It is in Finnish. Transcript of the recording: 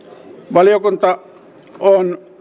valiokunta on